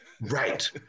Right